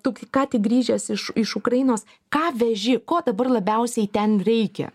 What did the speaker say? tu ką tik grįžęs iš iš ukrainos ką veži ko dabar labiausiai ten reikia